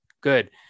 good